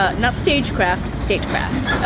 ah not stagecraft, statecraft.